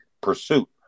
pursuit